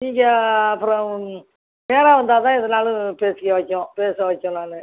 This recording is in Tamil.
நீங்கள் அப்புறம் நேராக வந்தால் தான் எதுனாலும் பேசி பேச வைப்பேன் நானு